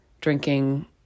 drinking